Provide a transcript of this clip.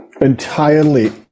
entirely